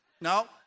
No